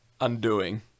undoing